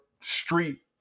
street